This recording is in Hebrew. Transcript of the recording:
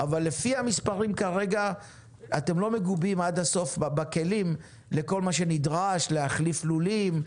לפי המספרים כרגע אתם לא מגובים עד הסוף לכל מה שנדרש החלפת לולים,